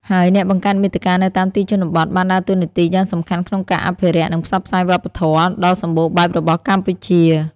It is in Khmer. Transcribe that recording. ហើយអ្នកបង្កើតមាតិកានៅតាមទីជនបទបានដើរតួនាទីយ៉ាងសំខាន់ក្នុងការ អភិរក្ស និងផ្សព្វផ្សាយវប្បធម៌ ដ៏សម្បូរបែបរបស់កម្ពុជា។